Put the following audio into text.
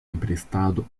emprestado